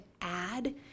add